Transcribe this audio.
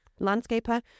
landscaper